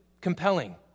compelling